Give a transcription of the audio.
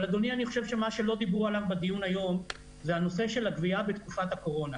אדוני, לא דיברו כאן על הגבייה בתקופת קורונה.